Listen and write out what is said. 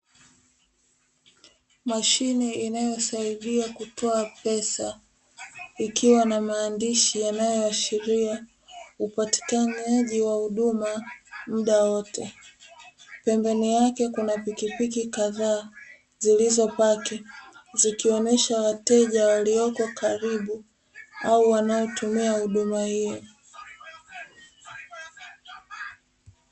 Mashine inayosaidia kutoa pesa ikiwa na maandishi yanayoashiria upatikanaji wa huduma muda wote. Pembeni yake kuna pikipiki kadhaa zilizoegeshwa zikionyesha wateja waliopo karibu au wanaotumia huduma hiyo.